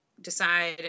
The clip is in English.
decide